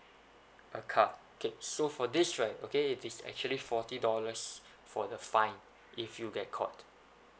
a car K so for this right okay it is actually forty dollars for the fine if you get caught